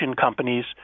companies